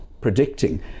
predicting